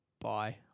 Bye